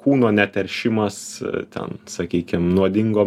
kūno neteršimas ten sakykim nuodingo